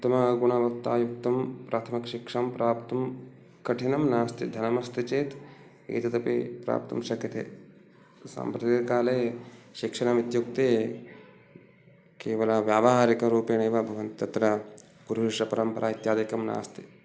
उत्तमगुणवत्तायुक्तं प्राथमिकशिक्षां प्राप्तुं कठिनं नास्ति धनमस्ति चेत् एतदपि प्राप्तुं शक्यते साम्प्रतिककाले शिक्षणम् इत्युक्ते केवलं व्यावहारिकरूपेणैव भवन्ति तत्र पुरुषपरम्परा इत्यादिकं नास्ति